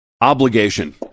obligation